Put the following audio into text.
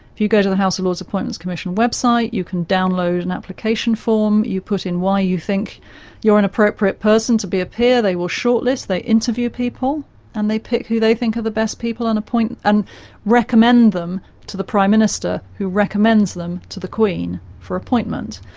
you go to the house of lords appointments commission website, you can download an application form, you put in why you think you're an appropriate person to be a peer they will shortlist, they interview people and they pick who they think are the best people and and recommend them to the prime minister, who recommends them to the queen for appointment.